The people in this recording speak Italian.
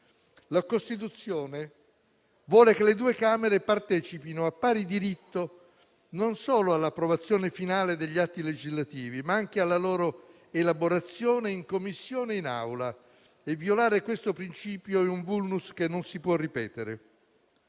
La Costituzione vuole che le due Camere partecipino a pari diritto non solo all'approvazione finale degli atti legislativi, ma anche alla loro elaborazione in Commissione e in Aula, e violare questo principio è un *vulnus* che non si può ripetere.